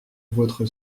votre